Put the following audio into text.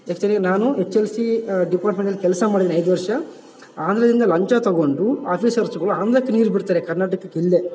actually ನಾನು H L C ಡಿಪಾರ್ಟ್ಮೆಂಟಲ್ಲಿ ಕೆಲಸ ಮಾಡಿದೀನಿ ಐದು ವರ್ಷ ಆಂಧ್ರದಿಂದ ಲಂಚ ತಗೊಂಡು ಆಫಿಸರ್ಸ್ಗಳ್ ಆಂಧ್ರಕ್ ನೀರು ಬಿಡ್ತಾರೆ ಕರ್ನಾಟಕಕ್ಕೆ ಇಲ್ಲದೆ